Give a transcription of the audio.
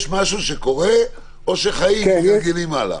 יש משהו שקורה או שחיים ומתגלגלים הלאה?